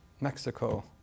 Mexico